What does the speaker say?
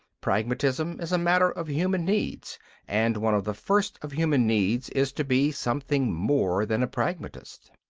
pragmatism is a matter of human needs and one of the first of human needs is to be something more than a pragmatist.